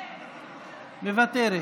מוותרת,